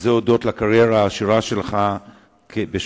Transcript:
זה הודות לקריירה העשירה שלך בשירות